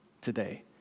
today